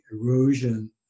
erosion